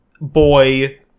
boy